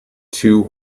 two